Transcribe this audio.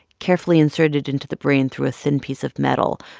carefully inserted into the brain through a thin piece of metal,